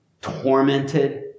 tormented